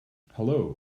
hello